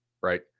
right